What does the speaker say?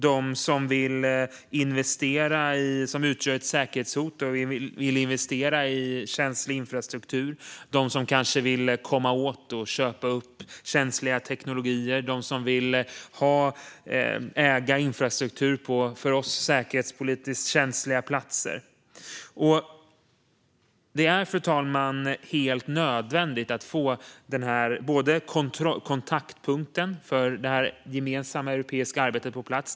Det handlar om dem som utgör ett säkerhetshot och vill investera i känslig infrastruktur. Det handlar om dem som kanske vill komma åt att köpa upp känslig teknologi och om dem som vill äga infrastruktur på för oss säkerhetspolitiskt känsliga platser. Det är helt nödvändigt att få kontaktpunkten för detta gemensamma europeiska arbete på plats, fru talman.